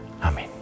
Amen